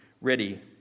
ready